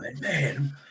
Man